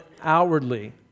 outwardly